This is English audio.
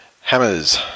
Hammers